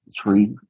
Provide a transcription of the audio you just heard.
three